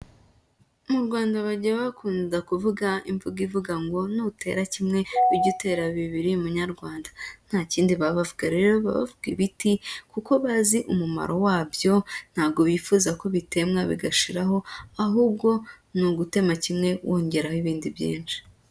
Mu Rwanda bajya bakunda kuvuga imvugo ivuga ngo nutera kimwe ujye tera bibiri munyarwanda, nta kindi baba bavuga rero baba bavuga ibiti, kuko bazi umumaro wabyo ntago bifuza ko bitemwa bigashiraho, ahubwo ni ugutema kimwe wongeraho ibindi byinshi.